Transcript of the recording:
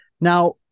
Now